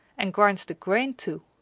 and grinds the grain too.